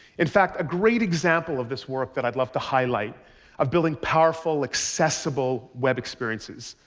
in fact, a great example of this work that i'd love to highlight of building powerful, accessible web experiences,